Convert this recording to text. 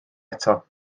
eto